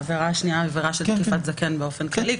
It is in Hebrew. העבירה השנייה היא עבירה של תקיפת זקן באופן כללי.